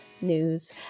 news